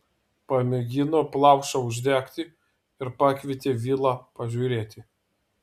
pamėgino plaušą uždegti ir pakvietė vilą pažiūrėti